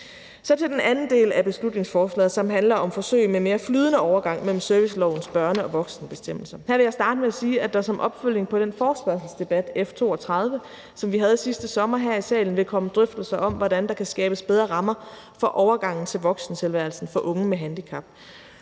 Så til den anden del af beslutningsforslaget, som handler om forsøg med mere flydende overgang mellem servicelovens børne- og voksenbestemmelser: Her vil jeg starte med at sige, at der som opfølgning på den forespørgselsdebat, F 32, som vi havde sidste sommer her i salen, vil komme drøftelser om, hvordan der kan skabes bedre rammer for overgangen til voksentilværelsen for unge med handicap.